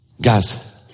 Guys